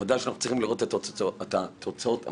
בוודאי שאנחנו צריכים לראות את התוצאות המעשיות.